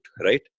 right